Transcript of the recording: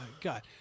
God